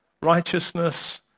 righteousness